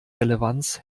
relevanz